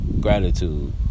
gratitude